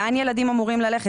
לאן ילדים אמורים ללכת?